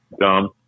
Dumb